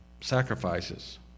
sacrifices